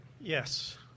Yes